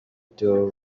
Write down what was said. theo